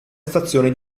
stazioni